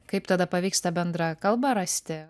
kaip tada pavyksta bendrą kalbą rasti